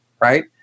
right